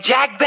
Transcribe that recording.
Jack